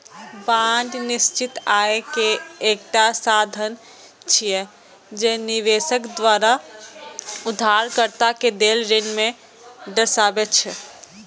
bond निश्चित आय के एकटा साधन छियै, जे निवेशक द्वारा उधारकर्ता कें देल ऋण कें दर्शाबै छै